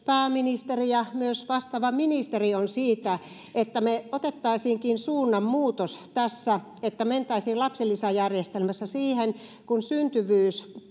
pääministeri ja myös vastaava ministeri ovat siitä että otettaisiinkin suunnanmuutos tässä ja mentäisiin lapsilisäjärjestelmässä siihen kun syntyvyys